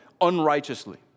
unrighteously